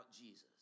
Jesus